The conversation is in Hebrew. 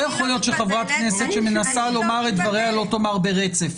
יכול להיות שחברת כנסת שמנסה לומר את דבריה לא תאמר ברצף.